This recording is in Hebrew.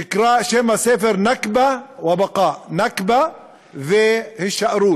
שם הספר "נכבה ובקאא" נכבה והישארות.